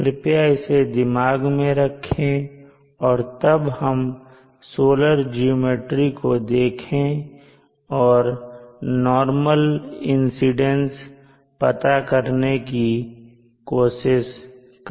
कृपया इसे दिमाग में रखें और तब हम सोलर ज्योमेट्री को देखें और नॉर्मल इंसीडेंस पता करने की कोशिश करें